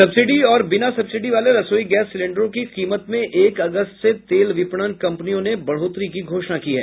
subsidy और बिना subsidy वाले रसोई गैस सिलिंडरों की कीमत में एक अगस्त से तेल विपणन कंपनियों ने बढ़ोतरी की घोषणा की है